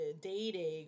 dating